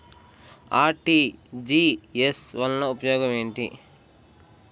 RTGS వలన ఉపయోగం ఏమిటీ?